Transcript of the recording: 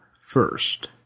first